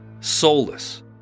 soulless